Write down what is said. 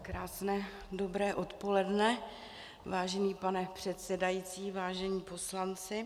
Krásné dobré odpoledne, vážený pane předsedající, vážení poslanci.